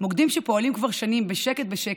מוקדים שפועלים כבר שנים, בשקט בשקט,